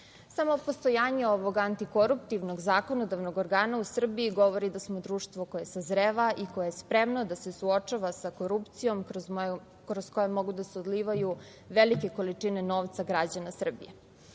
Samo postojanje ovog antikoruptivnog zakonodavnog organa u Srbiji govori da smo društvo koje sazreva i koje je spremno da se suočava sa korupcijom kroz koju mogu da se odlivaju velike količine novca građana Srbije. Obzirom